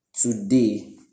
today